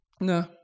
No